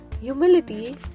humility